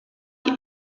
die